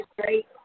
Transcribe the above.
great